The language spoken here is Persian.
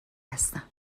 هستن